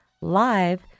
live